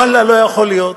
ואללה, לא יכול להיות.